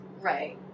Right